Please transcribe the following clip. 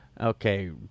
Okay